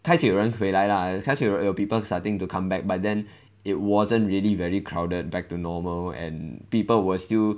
开始有人回来 lah 开始有 people starting to come back but then it wasn't really very crowded back to normal and people were still